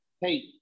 Hey